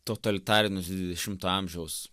totalitarinius dvidešimto amžiaus